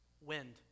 wind